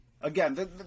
again